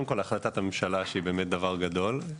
קודם כל החלטת הממשלה שהיא באמת דבר גדול.